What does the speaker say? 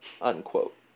unquote